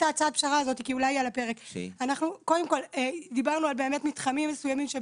דיברנו על מתחמים מסוימים.